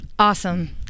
Awesome